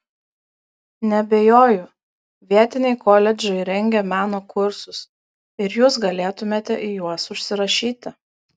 neabejoju vietiniai koledžai rengia meno kursus ir jūs galėtumėte į juos užsirašyti